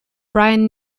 brian